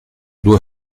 due